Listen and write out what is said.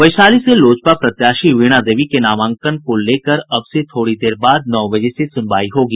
वैशाली से लोजपा प्रत्याशी वीणा देवी के नामांकन को लेकर अब से थोड़ी वेर बाद नौ बजे से सुनवाई होगी